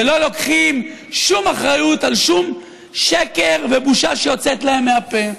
ולא לוקחים שום אחריות על שום שקר ובושה שיוצאת להם מהפה.